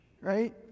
right